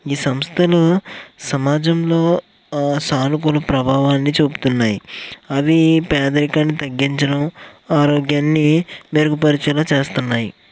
ఈ సంస్థను సమాజంలో సానుకూల ప్రభావాన్ని చూపుతున్నాయి అవీ పేదరికాన్ని తగ్గించడం ఆరోగ్యాన్ని మెరుగుపరిచేలా చేస్తున్నాయి